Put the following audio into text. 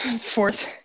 fourth